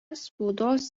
spaudos